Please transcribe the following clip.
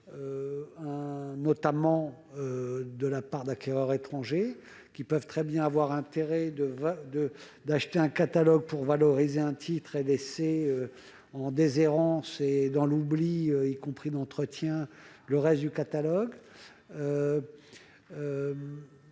notamment de la part d'acquéreurs étrangers qui peuvent très bien avoir intérêt à acheter un catalogue pour valoriser un titre et à laisser ensuite en déshérence, dans l'oubli et sans entretien, le reste du catalogue.